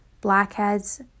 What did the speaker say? blackheads